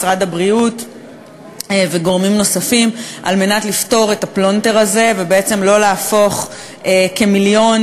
משרד הבריאות וגורמים נוספים על מנת לפתור את הפלונטר ולא להפוך כמיליון